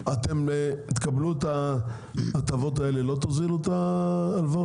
אתם תקבלו את ההטבות האלה ולא תוזילו את ההלוואות?